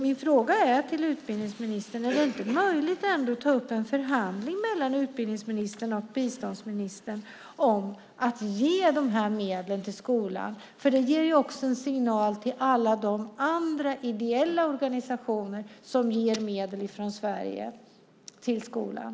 Min fråga är till utbildningsministern: Är det inte ändå möjligt att ta upp en förhandling mellan utbildningsministern och biståndsministern om att ge de här medlen till skolan? Det ger ju också en signal till alla de andra ideella organisationer som ger medel från Sverige till skolan.